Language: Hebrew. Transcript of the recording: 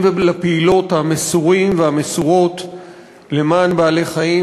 ולפעילות המסורים והמסורות למען בעלי-חיים.